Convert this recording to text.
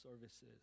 services